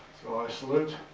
i salute.